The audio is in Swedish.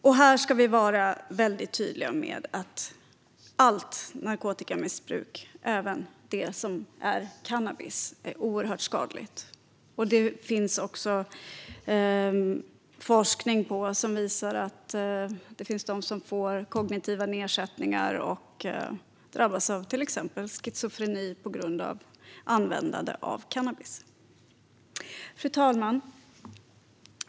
Vi ska vara väldigt tydliga med att allt narkotikamissbruk - även missbruk av cannabis - är oerhört skadligt. Det finns också forskning som visar att det finns människor som får kognitiva nedsättningar och som drabbas av till exempel schizofreni på grund av användande av cannabis. Fru talman!